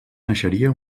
naixeria